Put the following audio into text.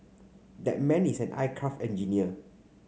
that man is an aircraft engineer